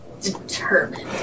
Determined